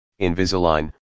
Invisalign